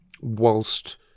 whilst